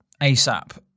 ASAP